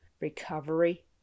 recovery